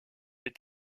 est